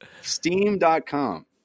steam.com